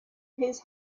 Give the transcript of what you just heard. his